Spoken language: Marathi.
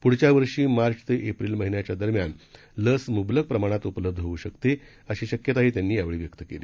प्ढच्या वर्षी मार्च ते एप्रिल महिन्याच्या दरम्यान लस म्बलक प्रमाणात उपलब्ध होऊ शकते अशी शक्यताही त्यांनी यावेळी व्यक्त केली